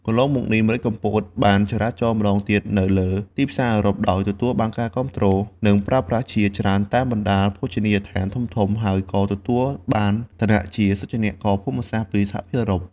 កន្លងមកនេះ ម្រេចកំពត បានចរាចរម្តងទៀតនៅលើទីផ្សារអឺរ៉ុប ដោយទទួលបានការគាំទ្រ និងប្រើប្រាស់ជាច្រើនតាមបណ្តាភោជនីយដ្ឋានធំៗ ហើយក៏ទទួលបានឋានៈជាសុចនាករភូមិសាស្រ្តពីសហភាពអឺរ៉ុប។